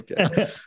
okay